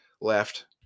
left